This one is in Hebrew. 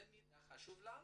זה מידע חשוב לנו.